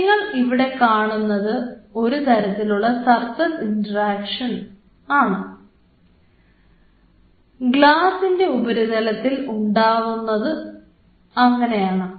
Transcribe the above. നിങ്ങൾ ഇവിടെ കാണുന്നത് ഒരു തരത്തിലുള്ള സർഫസ് ഇൻട്രാക്ഷൻ ഗ്ലാസിൻറെ ഉപരിതലത്തിൽ ഉണ്ടാവുന്നത് ആണ്